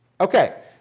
Okay